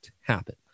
happen